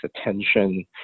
attention